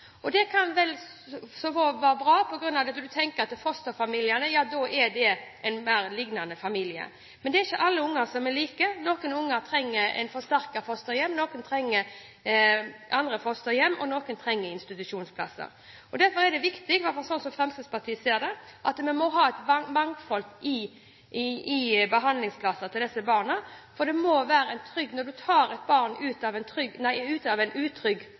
Det kan være vel og bra på grunn av at du tenker at en fosterfamilie er mer lik en vanlig familie. Men det er ikke alle unger som er like. Noen unger trenger et forsterket fosterhjem, noen trenger andre fosterhjem, og noen trenger institusjonsplasser. Derfor er det viktig, i hvert fall slik Fremskrittspartiet ser det, at vi må ha et mangfold i behandlingsplasser til disse barna, for når du tar et barn ut av en utrygg situasjon i en